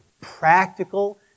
practical